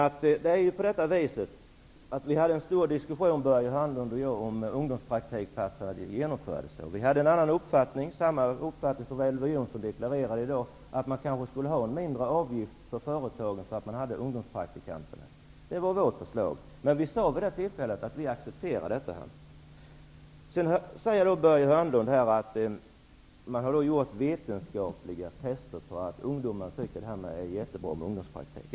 Börje Hörnlund och jag hade en stor diskussion om ungdomspraktikplatserna när de genomfördes. Vi hade en annan uppfattning. Det var samma uppfattning som Elver Jonsson deklarerade i dag, att man kanske skulle ha en mindre avgift för företagen som tog emot ungdomspraktikanter. Men vi sade vid detta tillfälle att vi accepterade regeringens förslag. Sedan säger Börje Hörnlund att man har gjort vetenskapliga undersökningar som visar att ungdomar tycker att det är jättebra med ungdomspraktik.